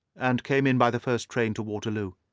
and came in by the first train to waterloo.